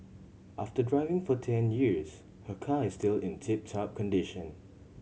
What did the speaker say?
after driving for ten years her car is still in tip top condition